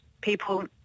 people